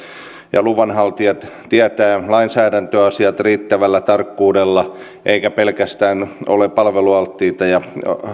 ja luvanhaltijat tietävät lainsäädäntöasiat riittävällä tarkkuudella eivätkä pelkästään ole palvelualttiita ja